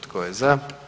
Tko je za?